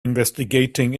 investigating